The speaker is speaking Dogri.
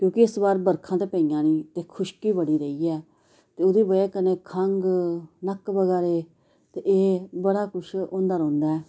क्योंकि इस बार बरखा ते पेइयां नेईं ते खुशकी बड़ी पेई ऐ एहदी वजह कन्नै खंघ नक्क बगादे ते एह् बड़ा कुछ हुंदा रौहंदा ऐ